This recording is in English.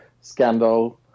scandal